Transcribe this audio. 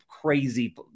crazy